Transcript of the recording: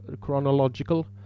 chronological